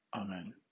Amen